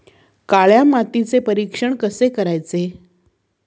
काळ्या मातीचे परीक्षण कसे करायचे?